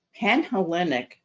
Panhellenic